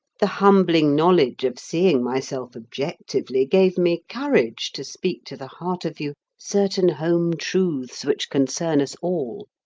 the humbling knowledge of seeing myself objectively, gave me courage to speak to the heart of you certain home truths which concern us all,